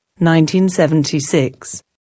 1976